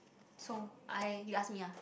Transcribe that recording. so I you ask me ah